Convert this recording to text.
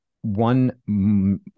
One